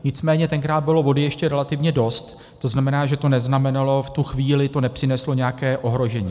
Nicméně tenkrát bylo vody ještě relativně dost, to znamená, že to neznamenalo v tu chvíli, nepřineslo to nějaké ohrožení.